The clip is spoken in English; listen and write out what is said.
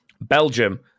Belgium